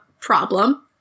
Problem